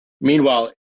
meanwhile